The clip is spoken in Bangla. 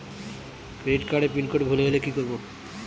ক্রেডিট কার্ডের পিনকোড ভুলে গেলে কি করব?